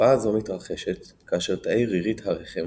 - תופעה זו מתרחשת כאשר תאי רירית הרחם